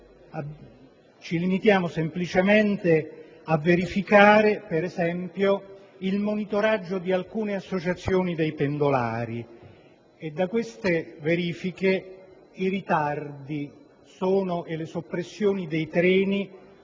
ci limitiamo semplicemente a verificare, per esempio, il monitoraggio di alcune associazioni dei pendolari e da tali verifiche constatiamo che i ritardi e le soppressioni dei treni